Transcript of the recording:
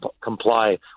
comply